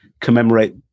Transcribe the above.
commemorate